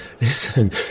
listen